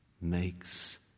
makes